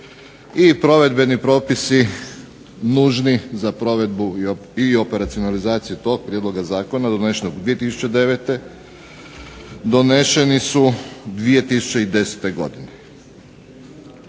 i provedbeni propisi nužni za provedbu i operacionalizaciju tog prijedloga zakona donesenog 2009. Doneseni su 2010. Godine.